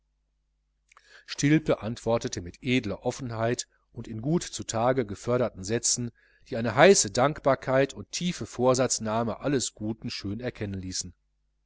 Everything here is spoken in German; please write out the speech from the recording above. stilpe antwortete mit edler offenheit und in gut zu tage geförderten sätzen die eine heiße dankbarkeit und tiefe vorsatznahme alles guten schön erkennen ließen